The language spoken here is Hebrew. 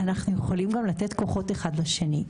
אנחנו יכולים גם לתת כוחות אחד לשני.